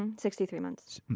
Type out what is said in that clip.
and sixty three months.